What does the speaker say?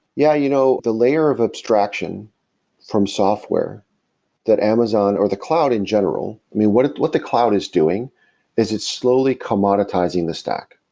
yeah. you know the layer of abstraction from software that amazon or the cloud in general i mean, what what the cloud is doing is it's slowly commoditizing the stack,